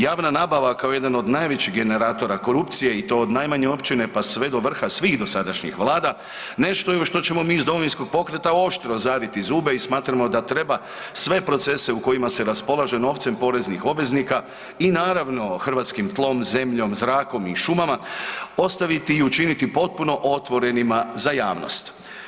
Javna nabava kao jedan od najvećih generatora korupcije i to od najmanje općine pa sve do vrha svih dosadašnjih vlada nešto je u što ćemo mi iz Domovinskog pokreta oštro zariti zube i smatramo da treba sve procese u kojima se raspolaže novcem poreznih obveznika i naravno hrvatskim tlom, zemljom, zrakom i šumama ostaviti i učiniti potpuno otvorenima za javnost.